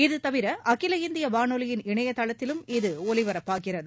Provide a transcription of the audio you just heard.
இது தவிர அகில இந்திய வானொலியின் இணையதளத்திலும் இது ஒலிபரப்பாகிறது